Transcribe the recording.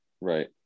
right